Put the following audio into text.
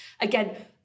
Again